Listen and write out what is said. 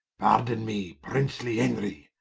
pardon me princely henry,